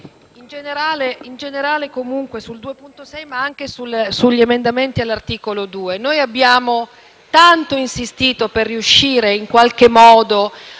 Grazie